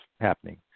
happening